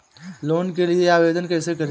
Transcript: Loan के लिए आवेदन कैसे करें?